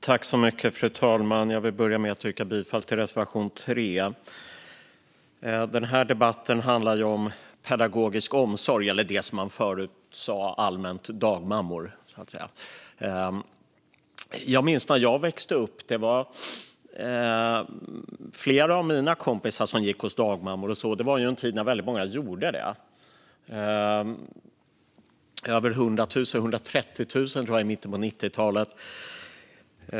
Fru talman! Jag vill börja med att yrka bifall till reservation 3. Den här debatten handlar om pedagogisk omsorg eller, som man förut allmänt sa, dagmammor. Jag minns när jag växte upp och flera av mina kompisar gick hos dagmammor. Det var en tid då väldigt många gjorde det - runt 130 000 tror jag att det var i mitten av 90-talet.